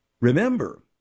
remember